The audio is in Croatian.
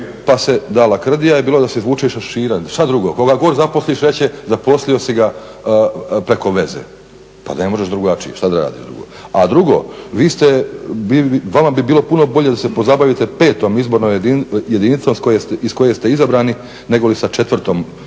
pa se, da lakrdija je bila da se izvuče iz šešira, što drugo, koga god zaposliš reći će, zaposlio si ga preko veze. Pa ne možeš drugačije, što da radiš drugo. A drugo, vama bi bilo puno bolje da se pozabavite petom izbornom jedinicom iz koje ste izabrani negoli sa četvrtom,